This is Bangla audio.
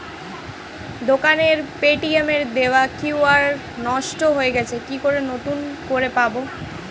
দোকানের পেটিএম এর দেওয়া কিউ.আর নষ্ট হয়ে গেছে কি করে নতুন করে পাবো?